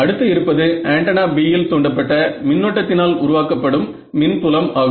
அடுத்து இருப்பது antenna B இல் தூண்டப்பட்ட மின்னோட்டத்தினால் உருவாக்கப்படும் மின்புலம் ஆகும்